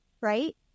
right